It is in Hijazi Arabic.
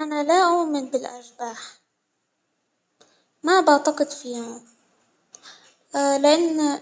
أنا لا أؤمن بالأشباح، ما بعتقد فيها، لإن